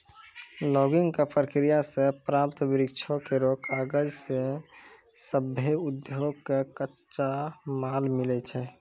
logging क प्रक्रिया सें प्राप्त वृक्षो केरो कागज सें सभ्भे उद्योग कॅ कच्चा माल मिलै छै